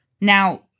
Now